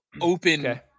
open